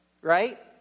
right